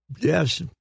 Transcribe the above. Yes